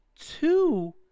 two